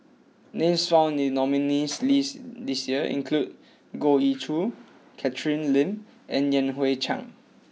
names found in nominees list this year include Goh Ee Choo Catherine Lim and Yan Hui Chang